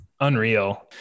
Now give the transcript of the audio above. unreal